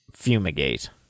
Fumigate